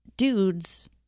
dudes